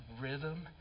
rhythm